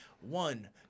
one